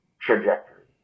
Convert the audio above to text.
trajectory